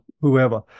whoever